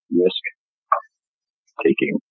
risk-taking